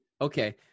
Okay